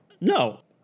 No